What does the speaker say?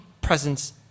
presence